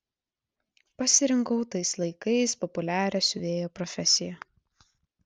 pasirinkau tais laikais populiarią siuvėjo profesiją